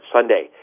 Sunday